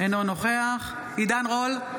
אינו נוכח עידן רול,